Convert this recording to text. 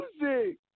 music